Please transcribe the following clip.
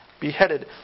beheaded